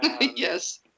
Yes